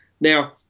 now